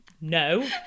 No